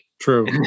True